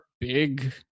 big